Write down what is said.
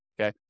okay